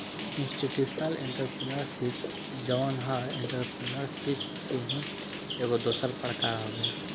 institutional entrepreneurship इ जवन ह एंटरप्रेन्योरशिप के ही एगो दोसर प्रकार हवे